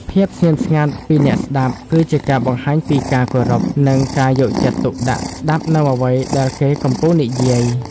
ភាពស្ងៀមស្ងាត់ពីអ្នកស្តាប់គឺជាការបង្ហាញពីការគោរព និងការយកចិត្តទុកដាក់ស្តាប់នូវអ្វីដែលគេកំពុងនិយាយ។